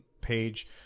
page